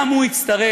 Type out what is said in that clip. גם הוא יצטרך,